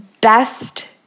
best